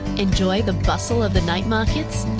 enjoy the bustle of the night markets,